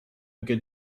good